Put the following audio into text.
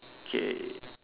K